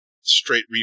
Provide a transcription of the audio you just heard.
straight